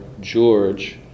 George